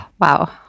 Wow